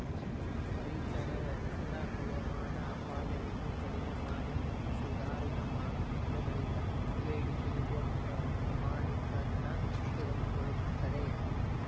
ರೈತರ ಒಪ್ಪಂದ ಹವಾಮಾನ ಅಪಾಯವನ್ನು ಕಡಿಮೆಮಾಡಿ ಮತ್ತು ಸುಧಾರಿತ ಮಾರುಕಟ್ಟೆಗಳಿಂದ ಬೇಡಿಕೆಯಿರುವ ಪ್ರಮಾಣೀಕರಣ ಸುಗಮಗೊಳಿಸ್ತದೆ